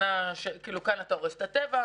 כאן אתה הורס את הטבע,